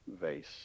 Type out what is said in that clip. vase